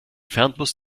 fernbus